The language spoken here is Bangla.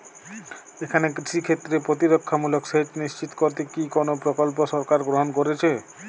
এখানে কৃষিক্ষেত্রে প্রতিরক্ষামূলক সেচ নিশ্চিত করতে কি কোনো প্রকল্প সরকার গ্রহন করেছে?